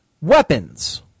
weapons